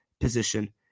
position